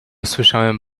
słyszałem